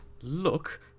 Look